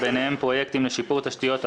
וביניהם פרויקטים לשיפור תשתיות הפסולת,